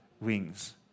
wings